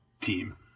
team